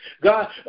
God